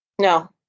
No